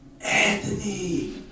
Anthony